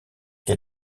est